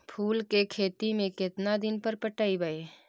फूल के खेती में केतना दिन पर पटइबै?